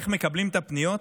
איך מקבלים את הפניות.